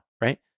right